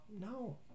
No